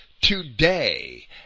today